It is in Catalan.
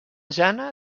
jana